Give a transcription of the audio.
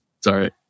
Sorry